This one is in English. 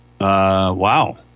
wow